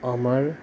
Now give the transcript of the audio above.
अमर